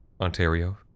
Ontario